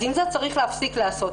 אז את זה צריך להפסיק לעשות.